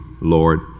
Lord